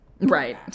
Right